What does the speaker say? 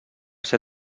ser